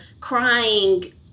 crying